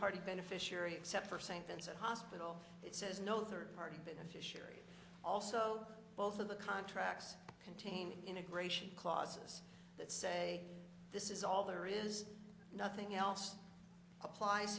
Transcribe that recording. party beneficiary except for st vincent hospital it says no third party beneficiary also both of the contracts contain integration clauses that say this is all there is nothing else applies